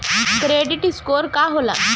Credit score का होला?